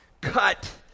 cut